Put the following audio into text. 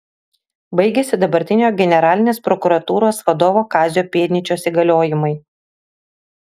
baigiasi dabartinio generalinės prokuratūros vadovo kazio pėdnyčios įgaliojimai